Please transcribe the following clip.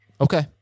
Okay